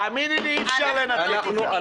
תאמיני לי, אי אפשר לנתק אותן.